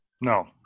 No